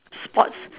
sports